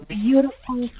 beautiful